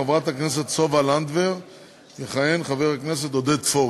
במקום חברת הכנסת סופה לנדבר יכהן חבר הכנסת עודד פורר.